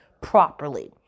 properly